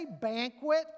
banquet